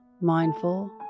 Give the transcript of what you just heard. Mindful